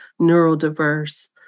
neurodiverse